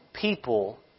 people